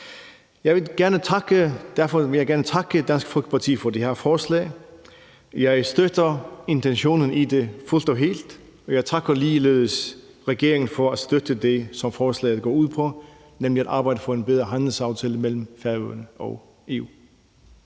jeg gerne takke Dansk Folkeparti for det her forslag. Jeg støtter intentionen i det fuldt og helt, og jeg takker ligeledes regeringen for at støtte det, som forslaget går ud på, nemlig at arbejde for en bedre handelsaftale mellem Færøerne og EU.